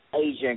Asian